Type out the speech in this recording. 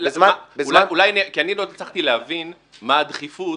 כי אני לא הצלחתי להבין מה הדחיפות,